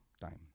time